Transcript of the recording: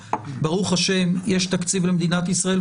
כי ברוך השם יש תקציב למדינת ישראל,